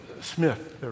Smith